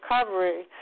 recovery